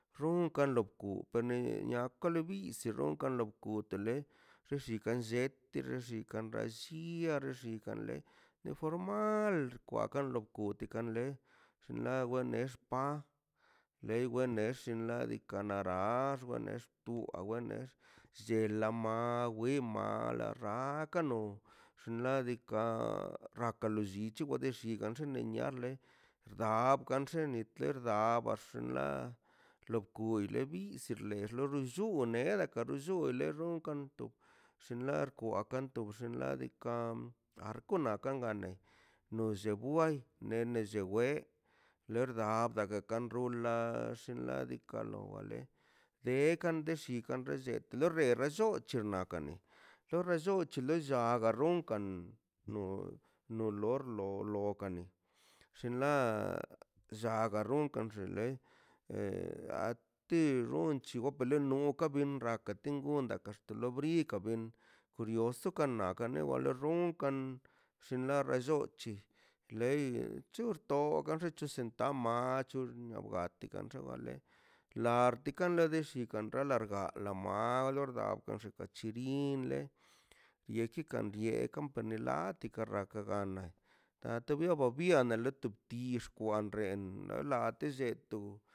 Runka lonku kani yanka lo biz runka lonku tele xeshikeꞌ nlletə xeshia daa xlliaꞌ xeshikaꞌ ḻe fórmal kwakan lo kwi kanḻe xnaꞌ wanex paa dei wenex nxi la dikanará xwenex to awenex lle lama wima la rrakano xnaꞌ diikaꞌ rrakalo llich wede lligan xeden niarle daab ganxe niter daab barse ḻa lo kuy le biz le lexullúb le runkan to llin larkwan kanto bxin ladekan arkwanaꞌ kanganle nolle bwai nenelle bwei lerda bda gaga gan runla llenla diikaꞌ lo bale deekan de shi kan resllet loo re relloo c̱he xnaꞌ kane lo relloo c̱he ḻe lla garron kan no nolor- lo- lo kani shinḻá lla garron kanshin ḻe eh ati xonchi gokb ḻenon kaꞌ ben rraka kingodan dakaxt ḻoobrikaꞌ benꞌ brioso kanan kaneꞌ wale ronkan shinḻa rallochi blei tchux togax xtzən taamá tchu mniabogad tikan xewal ḻe ḻáartikan naꞌ de shikan reḻarga ḻa maarlorda kon shi kachi biinḻe yechikaꞌ biee kampane laartikaꞌ rakgaganan lat biebo biene ḻe tu dix kwanren nḻa tlle to.